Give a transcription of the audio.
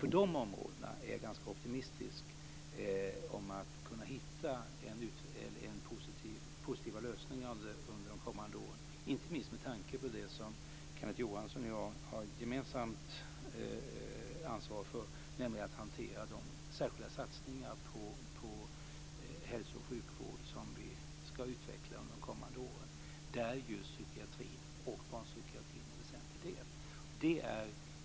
På de områdena är jag ganska optimistisk om att kunna hitta positiva lösningar under de kommande åren, inte minst med tanke på det som Kenneth Johansson och jag har ett gemensamt ansvar för, nämligen att hantera de särskilda satsningar på hälso och sjukvård som ska utvecklas under de kommande åren, där just psykiatrin och barnpsykiatrin är väsentliga delar.